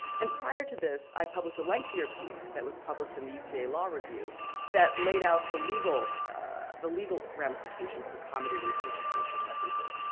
and prior to this i published a lengthy piece that was published in the usa law review that laid out the legal the legal ramifications of accommodating patients racial preferences.